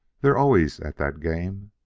they're always at that game.